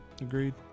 agreed